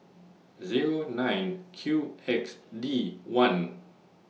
Zero nine Q X D one